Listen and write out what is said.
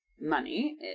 money